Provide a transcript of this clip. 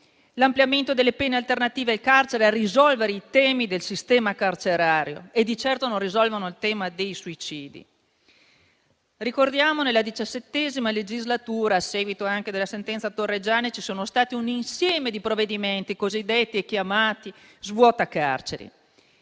l'ampliamento delle pene alternative al carcere a risolvere i temi del sistema carcerario e di certo non risolvono il tema dei suicidi. Ricordiamo che nella XVII legislatura, a seguito della sentenza Torreggiani, c'è stato un insieme di provvedimenti cosiddetti svuotacarceri.